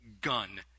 gun